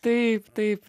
taip taip